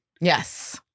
Yes